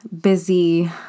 busy